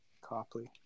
Copley